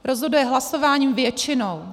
Rozhoduje hlasováním většinou.